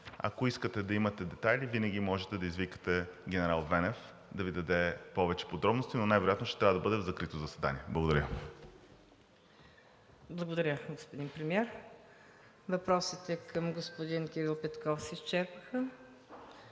Ако искате да имате детайли, винаги можете да извикате генерал Венев да Ви даде повече подробности, но най вероятно ще трябва да бъде в закрито заседание. Благодаря. ПРЕДСЕДАТЕЛ МУКАДДЕС НАЛБАНТ: Благодаря, господин Премиер. Въпросите към господин Кирил Петков се изчерпаха.